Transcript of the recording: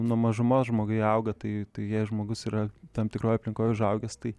nuo mažumos žmoguj auga tai jei žmogus yra tam tikroj aplinkoj užaugęs tai